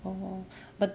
orh but